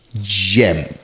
gem